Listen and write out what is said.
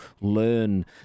learn